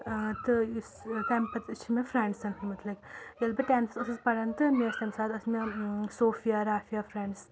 ٲں تہٕ یُس ٲں تَمہِ پَتہٕ چھِ مےٚ فرٛیٚنٛڈسَن مُتعلِق ییٚلہِ بہٕ ٹیٚنتھَس ٲسٕس پران تہٕ مےٚ ٲسۍ تَمہِ ساتہٕ ٲسۍ مےٚ صوفیہ رافیہ فرٛیٚنٛڈٕس